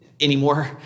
anymore